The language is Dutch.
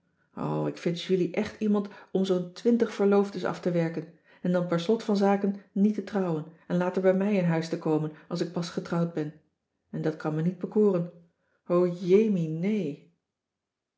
ik vind julie echt iemand om zoo'n twintig verloofdes af te werken en dan per slot van zaken niet te trouwen en later bij mij in huis te komen als ik pas getrouwd ben en dat kan me niet bekoren o jémie